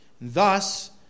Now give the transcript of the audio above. Thus